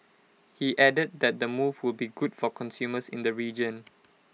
he added that the move will be good for consumers in the region